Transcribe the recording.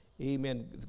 amen